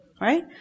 right